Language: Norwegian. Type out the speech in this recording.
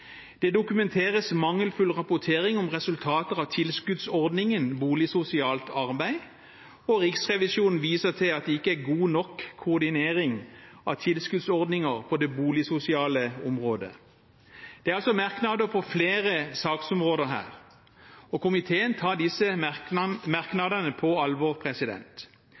Det dokumenteres mangelfull rapportering om resultater av tilskuddsordningen boligsosialt arbeid. Og Riksrevisjonen viser til at det ikke er god nok koordinering av tilskuddsordninger på det boligsosiale området. Det er altså merknader på flere saksområder her, og komiteen tar disse merknadene på alvor.